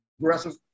aggressive